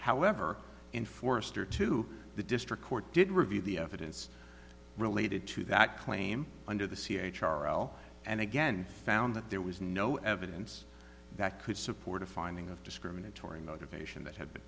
however and forester to the district court did review the evidence related to that claim under the c h r l and again found that there was no evidence that could support a finding of discriminatory motivation that had been